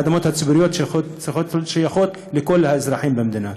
האדמות הציבוריות צריכות להיות שייכות לכל האזרחים במדינה.